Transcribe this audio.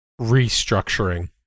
restructuring